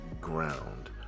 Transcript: ground